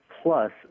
Plus